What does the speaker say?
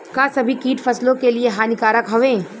का सभी कीट फसलों के लिए हानिकारक हवें?